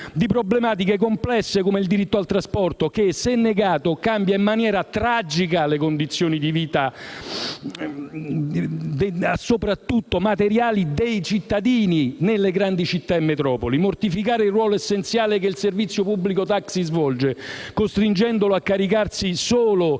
di problematiche complesse come il diritto al trasporto che, se negato, cambia in maniera tragica le condizioni di vita, soprattutto materiali, dei cittadini nelle grandi città e metropoli. Mortificare il ruolo essenziale che il servizio pubblico taxi svolge, costringendolo a caricarsi da solo